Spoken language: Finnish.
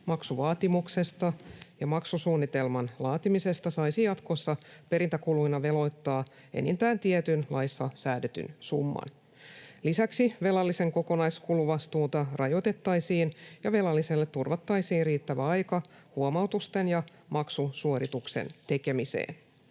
maksuvaatimuksesta ja maksusuunnitelman laatimisesta saisi jatkossa perintäkuluina veloittaa enintään tietyn, laissa säädetyn summan. Lisäksi velallisen kokonaiskuluvastuuta rajoitettaisiin ja velalliselle turvattaisiin riittävä aika huomautusten ja maksusuorituksen tekemiseen.